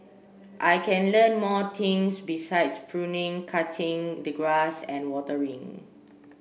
I can learn more things besides pruning cutting the grass and watering